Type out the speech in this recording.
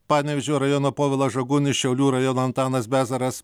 panevėžio rajono povilas žagunis šiaulių rajono antanas bezaras